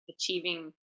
achieving